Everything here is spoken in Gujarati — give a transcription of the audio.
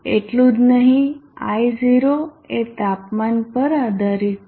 એટલું જ નહીં I0 એ તાપમાન પર આધારિત છે